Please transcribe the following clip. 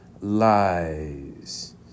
lies